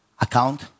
account